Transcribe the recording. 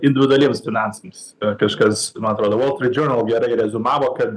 individualiems finansams kažkas man atrodo voltryt džornal gerai reziumavo kad